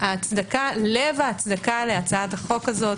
לב ההצדקה להצעת החוק הזו,